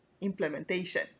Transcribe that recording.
implementation